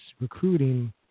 recruiting